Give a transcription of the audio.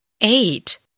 Eight